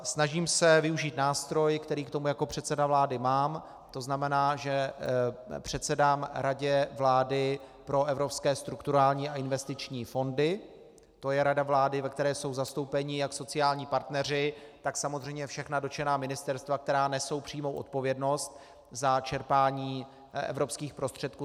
Snažím se využít nástroj, který k tomu jako předseda vlády mám, to znamená, že předsedám Radě vlády pro evropské strukturální a investiční fondy, to je rada vlády, ve které jsou zastoupeni jak sociální partneři, tak samozřejmě všechna dotčená ministerstva, která nesou přímou odpovědnost za čerpání evropských prostředků.